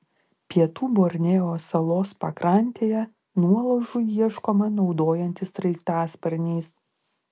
pietų borneo salos pakrantėje nuolaužų ieškoma naudojantis sraigtasparniais